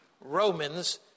Romans